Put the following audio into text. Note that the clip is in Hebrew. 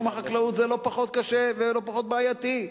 החקלאות זה לא פחות קשה ולא פחות בעייתי,